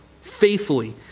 faithfully